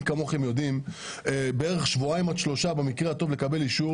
מי כמוכם יודע בערך שבועיים עד שלושה כדי לקבל אישור,